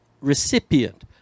recipient